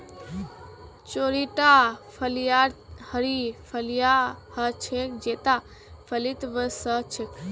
चौड़ीटा फलियाँ हरी फलियां ह छेक जेता फलीत वो स छेक